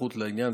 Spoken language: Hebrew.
היערכות לעניין,